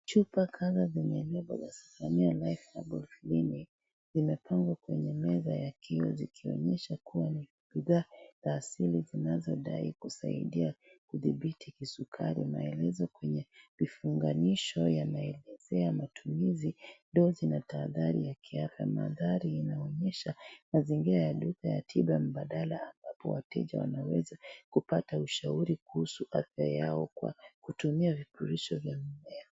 Chupa kadha zenye lebo ya zephania life herbal clinic zimepangwa kwenye meza ya kioo zikionyesha kuwa ni bidhaa za asili zinazodai kusaidia kudhibiti kisukari . Maelezo kwenye vifunganisho yanaelezea matumizi , dosi na tahadhari ya kiafya . Mandhari inaonyesha mazingira ya duka ya tiba mbadala ambapo wateja wanaweza kupata ushauri kuhusu afya yao kwa kutumia vipurisho vya mmea